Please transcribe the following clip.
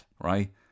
right